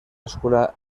escuela